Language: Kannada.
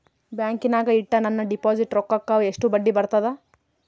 ಬ್ಯಾಂಕಿನಾಗ ಇಟ್ಟ ನನ್ನ ಡಿಪಾಸಿಟ್ ರೊಕ್ಕಕ್ಕ ಎಷ್ಟು ಬಡ್ಡಿ ಬರ್ತದ?